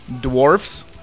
Dwarfs